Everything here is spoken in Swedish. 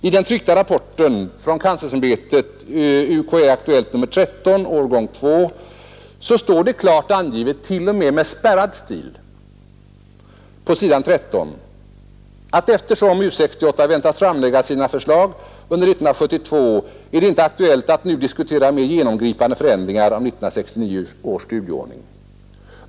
I den tryckta rapporten från kanslersämbetet UKÄ Aktuellt nr 13, årgång 2, har, t.o.m. med spärrad stil, klart angivits att eftersom U 68 väntas framlägga sina förslag under 1972, är det inte aktuellt att nu diskutera mera genomgripande förändringar av 1969 års studieordning.